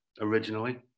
originally